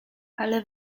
ale